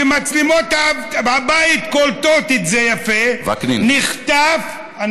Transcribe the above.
שמצלמות הבית קולטות את זה יפה, נחטף, וקנין.